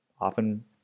often